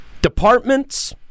Departments